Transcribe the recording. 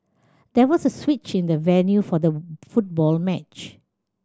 there was a switch in the venue for the football match